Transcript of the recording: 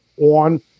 on